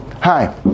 hi